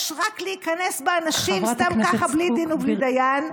יש רק להיכנס באנשים סתם ככה בלי דין ובלי דיין.